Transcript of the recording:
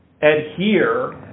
adhere